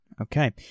Okay